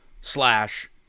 slash